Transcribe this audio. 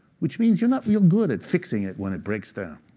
which means you're not real good at fixing it when it breaks down.